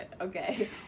okay